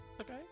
Okay